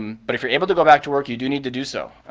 um but if you're able to go back to work you do need to do so.